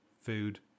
food